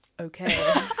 okay